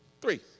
three